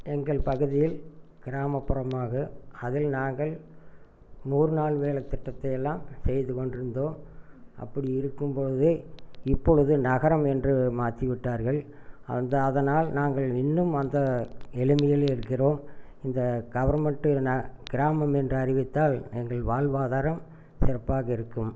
எங்கள் பகுதியில் கிராமப்புறமாக அதில் நாங்கள் நூறு நாள் வேலை திட்டத்தை எல்லாம் செய்து கொண்டு இருந்தோம் அப்படி இருக்கும் போதே இப்பொழுது நகரம் என்று மாற்றி விட்டார்கள் அந்த அதனால் நாங்கள் இன்னும் அந்த எளிமையிலே இருக்கிறோம் இந்த கவர்மெண்ட்டு ந கிராமம் என்று அறிவித்தால் எங்கள் வாழ்வாதாரம் சிறப்பாக இருக்கும்